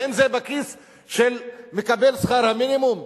האם זה בכיס של מקבל שכר המינימום?